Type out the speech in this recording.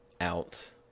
out